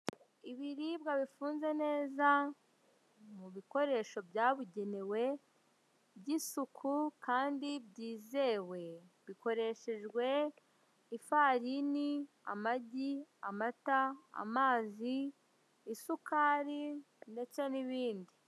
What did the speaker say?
Ibiribwa bifunze neza mu bikoresho byabigenewe by'isuku kandi byizewe, bikoreshejwe ifarini, amagi, amata, amazi, isukari ndetse n'ibindi.